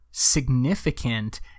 significant